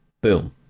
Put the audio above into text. boom